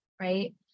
right